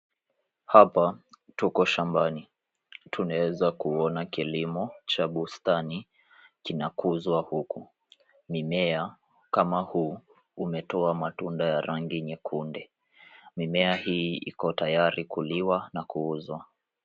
Hapa tuko shambani, tunaweza kuona kilimo cha bustani kinakuzwa huku. Mmea kama huu, umetoa matunda ya rangi nyekundu. Mimea hii, iko tayari kuliwa na kuuzwa.